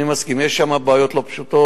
אני מסכים, יש שם בעיות לא פשוטות.